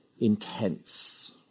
intense